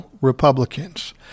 Republicans